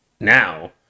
now